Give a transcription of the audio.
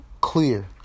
clear